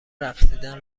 رقصیدن